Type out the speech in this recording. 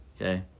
Okay